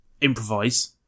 Improvise